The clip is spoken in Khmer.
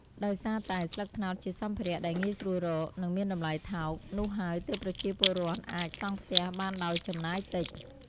ដោយសារតែ ស្លឹកត្នោតជាសម្ភារៈដែលងាយស្រួលរក និងមានតម្លៃថោក នោះហើយទើបប្រជាពលរដ្ឋអាច សង់ផ្ទះបានដោយចំណាយតិច។